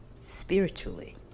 spiritually